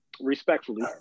respectfully